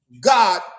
God